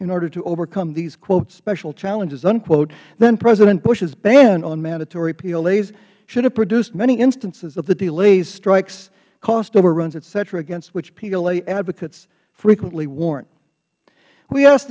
in order to overcome these quote special challenges unquote then president bush's ban on mandatory plas should have produced many instances of the delays strikes cost overruns ethcetera against which pla advocates frequently warn we asked